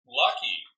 lucky